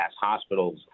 hospitals